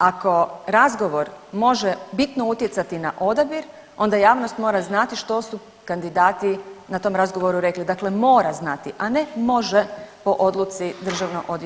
Ako razgovor može bitno utjecati na odabir, onda javnost mora znati što su kandidati na tom razgovoru rekli, dakle mora znati, a ne može po odluci DOV-a.